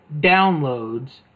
downloads